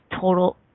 total